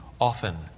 often